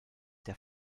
der